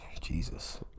Jesus